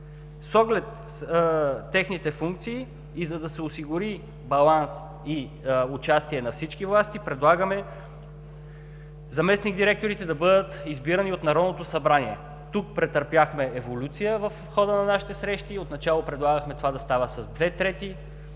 С оглед техните функции и за да се осигури баланс и участие на всички власти, предлагаме заместник-директорите да бъдат избирани от Народното събрание. Тук претърпяхме еволюция в хода на нашите срещи. Отначало предлагахме това да става с две трети